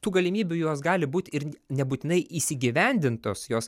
tų galimybių jos gali būti ir nebūtinai įsigivendintos jos